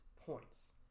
points